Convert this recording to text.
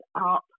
up